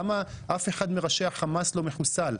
למה אף אחד מראשי החמאס לא מחוסל?